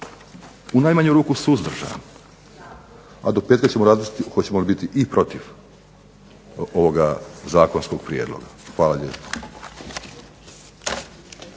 u najmanju ruku suzdržan, a do petka ćemo razmisliti hoćemo li biti i protiv ovoga zakonskog prijedloga. Hvala lijepo.